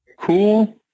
Cool